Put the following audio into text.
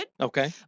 Okay